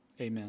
amen